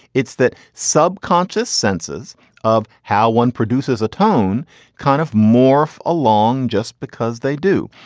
it's that subconscious senses of how one produces a tone kind of morph along. just because they do.